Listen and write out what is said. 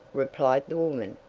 replied the woman.